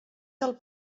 del